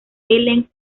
ellen